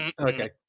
Okay